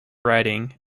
writing